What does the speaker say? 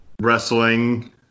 Wrestling